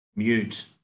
mute